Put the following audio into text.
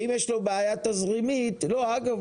אם יש לו בעיה תזרימית אגב,